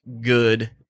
good